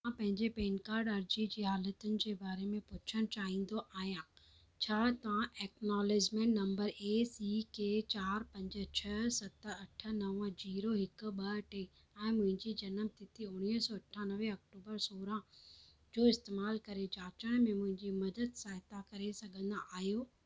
मां पजे PAN card अर्जी जे हालतुनि जे बारे में पुछण चाहिंदो आहियां छा तव्हां acknowledgement number A C K चारि पंज छह सत अठ नव ज़ीरो हिकु ॿ टे ऐं मुंजी जनम तिथि उणिवीह सौ अठानवे अक्टूबर सोरहं जो इस्तेमाल करे जाचण में मुंहिंजी मदद सहायता करे सघंदा आयो